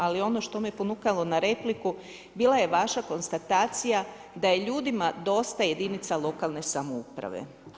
Ali ono što me ponukalo na repliku, bila je vaša konstatacija da je ljudima dosta jedinica lokalne samouprave.